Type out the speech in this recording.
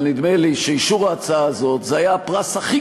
אבל נדמה לי שאישור ההצעה הזאת זה הפרס הכי